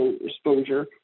exposure